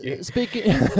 Speaking